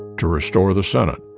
to restore the senate.